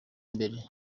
mbere